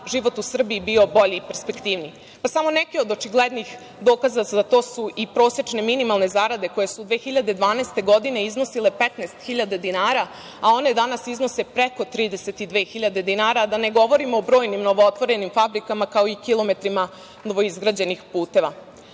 život u Srbiji bio bolji i perspektivniji. Samo neki od očiglednih dokaza za to su i prosečne minimalne zarade koje su 2012. godine iznosile 15.000 dinara, a one danas iznose preko 32.000 dinara, a da ne govorim o brojnim novootvorenim fabrikama, kao i kilometrima novoizgrađenih puteva. Zbog